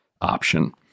option